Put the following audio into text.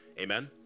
Amen